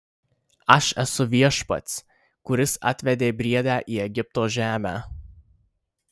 aš esu viešpats kuris atvedė briedę į egipto žemę